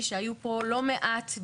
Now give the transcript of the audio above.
שהיה יושב ראש וועדת הפנים,